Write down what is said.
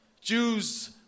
Jews